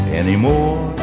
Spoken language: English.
anymore